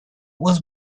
was